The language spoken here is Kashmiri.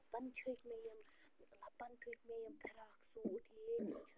لَبَن چھٔکۍ مےٚ یِم لبن ٹھُکۍ مےٚ یِم فِراک سوٗٹ اے مےٚ چھِنہٕ